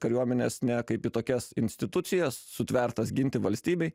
kariuomenes ne kaip į tokias institucijas sutvertas ginti valstybei